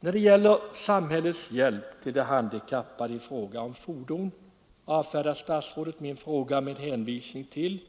När det gäller bestämmelserna om samhällets hjälp till de handikappade i fråga om fordon avvisar statsrådet min fråga med uttalandet